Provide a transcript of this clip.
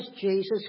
Jesus